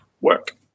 work